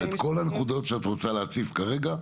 את יכולה להציף את כל הנקודות שאת רוצה להציף כרגע.